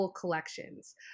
collections